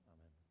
Amen